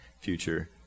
future